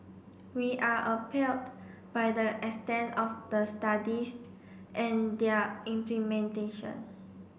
we are by the extent of the studies and their implementation